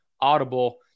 Audible